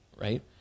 Right